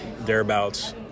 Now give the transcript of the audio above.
thereabouts